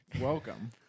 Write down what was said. Welcome